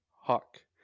Hawk